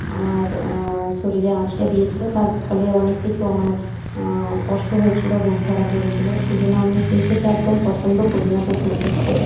আমার শরীরে আঁচড়ে দিয়েছিল তার ফলে অনেক কিছু আমার কষ্ট হয়েছিল রোগ ধরা পরেছিল সেই জন্য আমি সেই থেকে একদম পছন্দ করি না কুকুর পুষতে